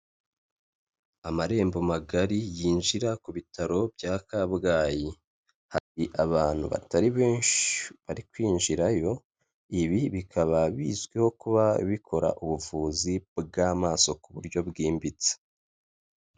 Amarembo magari yinjira ku bitaro bya Kabgayi, hari abantu batari benshi bari kwinjirayo, ibi bikaba bizwiho kuba bikora ubuvuzi bw'amaso ku buryo bwimbitse.